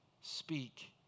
speak